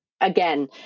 again